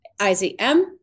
IZM